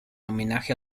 homenaje